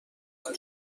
خودم